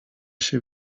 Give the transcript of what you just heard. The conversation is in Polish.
się